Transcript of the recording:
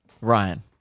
ryan